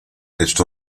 esto